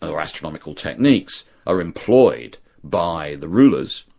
or astronomical techniques, are employed by the rulers,